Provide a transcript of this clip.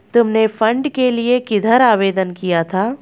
तुमने फंड के लिए किधर आवेदन किया था?